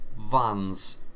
vans